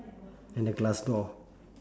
and the glass door